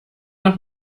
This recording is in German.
noch